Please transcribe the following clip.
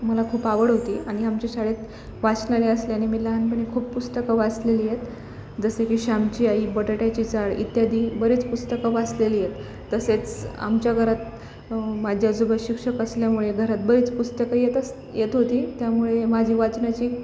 मला खूप आवड होती आणि आमच्या शाळेत वाचनालय असल्याने मी लहानपणी खूप पुस्तकं वाचलेली आहेत जसे की श्यामची आई बटाट्याची चाळ इत्यादी बरेच पुस्तकं वाचलेली आहेत तसेच आमच्या घरात माझे आजोबा शिक्षक असल्यामुळे घरात बरेच पुस्तकं येत येत होती त्यामुळे माझी वाचनाची